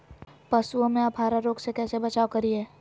पशुओं में अफारा रोग से कैसे बचाव करिये?